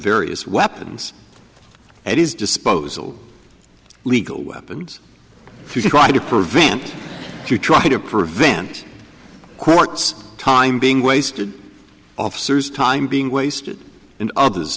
various weapons at his disposal legal weapons if you try to prevent you trying to prevent courts time being wasted officers time being wasted and others